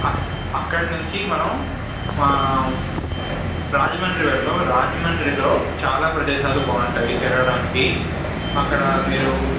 అక్క అక్కడ నుంచి మనం రాజమండ్రి వెళ్దాం రాజమండ్రిలో చాలా ప్రదేశాలు బాగుంటాయి తిరగడానికి అక్కడ మీరు